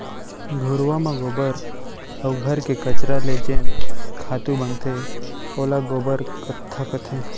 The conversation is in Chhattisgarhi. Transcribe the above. घुरूवा म गोबर अउ घर के कचरा ले जेन खातू बनथे ओला गोबर खत्ता कथें